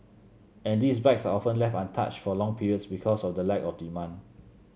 and these bikes are often left untouched for long periods because of the lack of demand